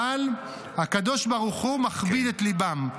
אבל הקדוש ברוך הוא מכביד את ליבם,